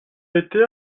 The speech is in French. été